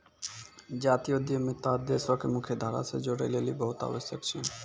जातीय उद्यमिता देशो के मुख्य धारा से जोड़ै लेली बहुते आवश्यक छै